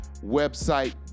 Website